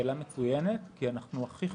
שאלה מצוינת ונכונה.